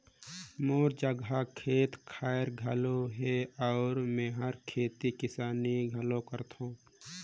मोर जघा खेत खायर घलो हे अउ मेंहर खेती किसानी घलो करथों